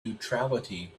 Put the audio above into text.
neutrality